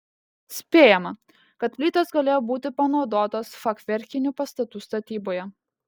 spėjama kad plytos galėjo būti panaudotos fachverkinių pastatų statyboje